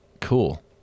Cool